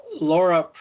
Laura